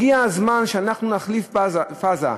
הגיע הזמן שאנחנו נחליף פאזה,